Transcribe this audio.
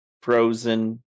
frozen